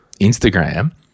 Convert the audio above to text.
Instagram